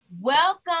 welcome